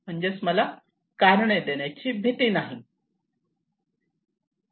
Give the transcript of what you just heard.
म्हणजेच मला कारणे देण्याची भीती नाही